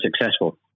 successful